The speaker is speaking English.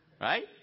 Right